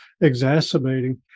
exacerbating